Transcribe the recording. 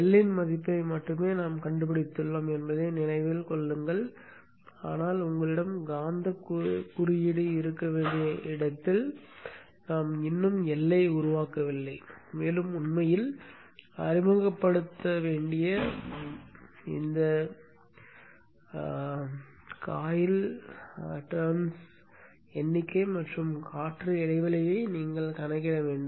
L இன் மதிப்பை மட்டுமே நாம் கண்டுபிடித்துள்ளோம் என்பதை நினைவில் கொள்ளுங்கள் ஆனால் உங்களிடம் காந்தக் குறியீடு இருக்க வேண்டிய இடத்தில் நாம் இன்னும் L ஐ உருவாக்கவில்லை மேலும் உண்மையில் அறிமுகப்படுத்தப்பட வேண்டிய முறுக்குகளின் எண்ணிக்கை மற்றும் காற்று இடைவெளியை நீங்கள் கணக்கிட வேண்டும்